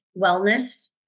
wellness